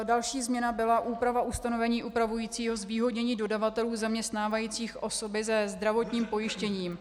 Další změna byla úprava ustanovení upravujícího zvýhodnění dodavatelů zaměstnávající osoby se zdravotním postižením.